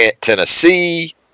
Tennessee